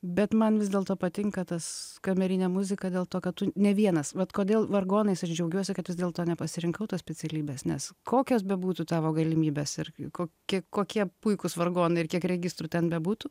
bet man vis dėlto patinka tas kamerinė muzika dėl to kad tu ne vienas vat kodėl vargonais aš džiaugiuosi kad vis dėlto nepasirinkau tos specialybės nes kokios bebūtų tavo galimybės ir kokie kokie puikūs vargonai ir kiek registrų ten bebūtų